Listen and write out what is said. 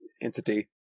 entity